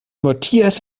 matthias